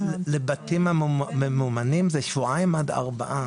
לבתים הממומנים זה שבועיים עד ארבעה